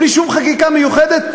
בלי שום חקיקה מיוחדת,